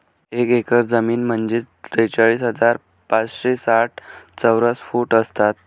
एक एकर जमीन म्हणजे त्रेचाळीस हजार पाचशे साठ चौरस फूट असतात